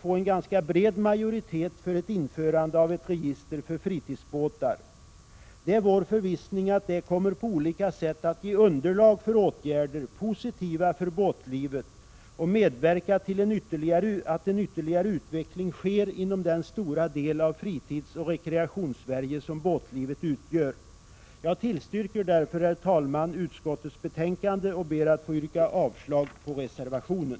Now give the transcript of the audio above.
få en ganska bred majoritet i utskottet för ett införande av ett register för fritidsbåtar. Det är vår förvissning att det på olika sätt kommer att ge underlag för positiva åtgärder för båtlivet och medverka till att en ytterligare utveckling sker inom den stora del av Fritidsoch Rekreationssverige som båtlivet utgör. Herr talman! Jag tillstyrker utskottets hemställan och ber att få yrka avslag på reservationen.